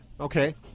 Okay